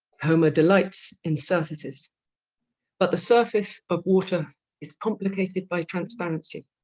homer delights in surfaces but the surface of water is complicated by transparency